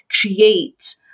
create